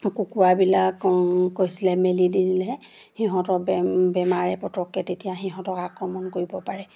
কুকুৰাবিলাক কৈছিলে মেলি দি দিলেহে সিহঁতক বেমাৰে পতককৈ তেতিয়া সিহঁতক আক্ৰমণ কৰিব পাৰে